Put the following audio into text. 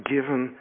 Given